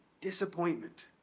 Disappointment